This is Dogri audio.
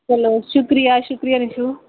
चलो शुक्रिया शुक्रिया निशू